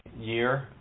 year